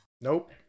Nope